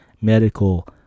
medical